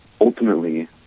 ultimately